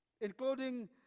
including